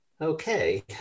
Okay